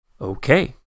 Okay